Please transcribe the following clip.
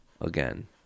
again